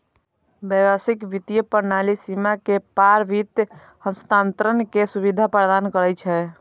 वैश्विक वित्तीय प्रणाली सीमा के पार वित्त हस्तांतरण के सुविधा प्रदान करै छै